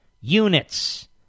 units